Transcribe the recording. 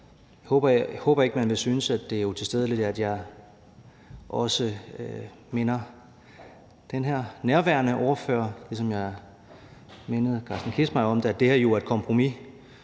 Jeg håber ikke, man vil synes, at det er utilstedeligt, at jeg også minder den nærværende ordfører om, ligesom jeg mindede Carsten Kissmeyer om det, at det her jo er et kompromis,